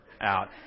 out